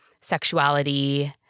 sexuality